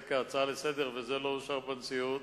וזה לא אושר בנשיאות.